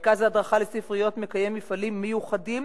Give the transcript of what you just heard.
מרכז ההדרכה לספריות מקיים מפעלים מיוחדים